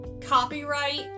copyright